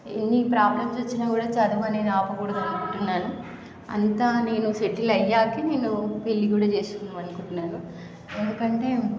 ఎన్నీ problems వచ్చినా కూడా చదువు అనేది ఆపకూడదు అనుకుంటున్నాను అంతా నేను సెటిల్ అయ్యాకె నేను పెళ్ళి కూడా చేసుకుందాం అనుకుంటున్నాను ఎందుకంటే